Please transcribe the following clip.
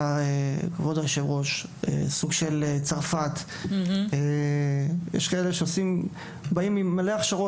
כבוד היושב ראש: סוג של צרפת יש כאלה שבאים עם מלא הכשרות,